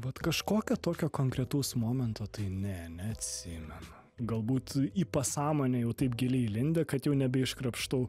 vat kažkokio tokio konkretaus momento tai ne neatsiimu galbūt į pasąmonę jau taip giliai įlindę kad jau nebe iškrapštau